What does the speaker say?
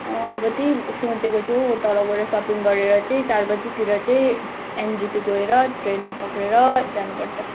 अँ अब त्यही सोचेको छु तल गएर सपिङ गरेर चाहिँ चार बजीतिर चाहिँ एनजेपी गएर ट्रेन पक्रिएर जानुपर्छ